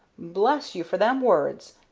bless you for them words!